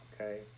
Okay